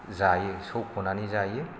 जायो सौख'नानै जायो